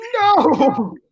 No